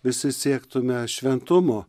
visi siektume šventumo